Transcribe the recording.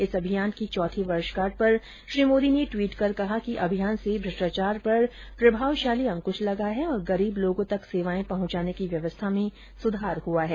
इस अभियान की चौथी वर्षगाठ पर श्री मोदी ने टवीट कर कहा अभियान से भ्रष्टाचार पर प्रभावशाली अंकृश लगा है और गरीब लोगों तक सेवाए पहुंचाने की व्यवस्था में सुधार हुआ है